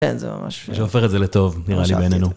כן, זה ממש... אני חושב שהופך את זה לטוב, נראה לי בעינינו.